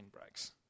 breaks